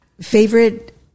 favorite